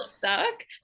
suck